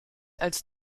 als